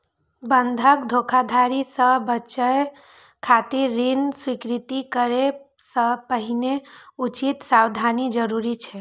बंधक धोखाधड़ी सं बचय खातिर ऋण स्वीकृत करै सं पहिने उचित सावधानी जरूरी छै